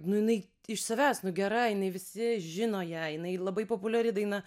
nu jinai iš savęs nu gera jinai visi žino ją jinai labai populiari daina